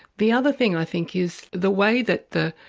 the other thing i think is the way that the